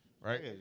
right